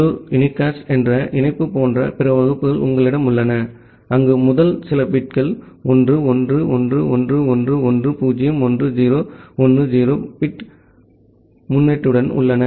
உள்ளூர் யூனிகாஸ்ட் என்ற இணைப்பு போன்ற பிற வகுப்புகள் உங்களிடம் உள்ளன அங்கு முதல் சில பிட்கள் 1111111010 10 பிட் முன்னொட்டுடன் உள்ளன